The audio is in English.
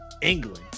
England